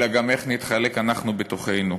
אלא גם איך נתחלק אנחנו בתוכנו,